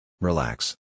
Relax